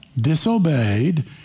disobeyed